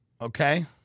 Okay